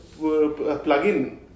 plugin